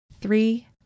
three